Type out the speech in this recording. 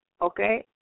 okay